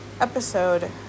episode